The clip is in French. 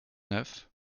neuf